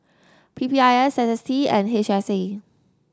P P I S S S T and H S A